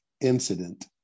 incident